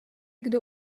kdo